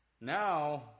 Now